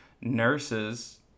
Nurses